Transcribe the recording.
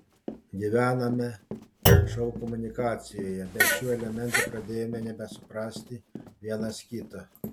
gyvename šou komunikacijoje be šių elementų pradėjome nebesuprasti vienas kito